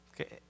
Okay